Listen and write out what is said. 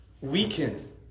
weaken